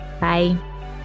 Bye